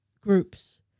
groups